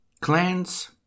Clans